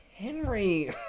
Henry